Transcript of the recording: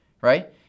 right